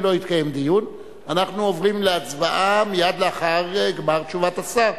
אם לא יתקיים דיון אנחנו עוברים להצבעה מייד לאחר גמר תשובת השר,